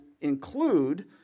include